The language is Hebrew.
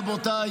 רבותיי,